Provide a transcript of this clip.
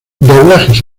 doblajes